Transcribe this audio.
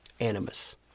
animus